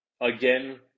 Again